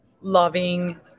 loving